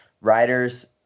riders